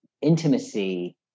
intimacy